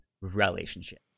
relationship